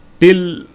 Till